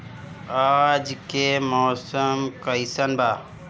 आज के मौसम कइसन बा?